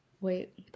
Wait